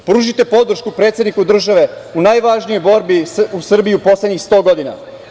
Pružite podršku predsedniku države u najvažnijoj borbi u Srbiji u poslednjih 100 godina.